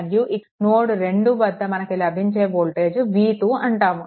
మరియు ఇక్కడ నోడ్2 వద్ద మనకు లభించే వోల్టేజ్ V2 అంటాము